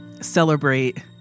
celebrate